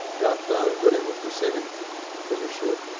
got done, but it was the civic leadership,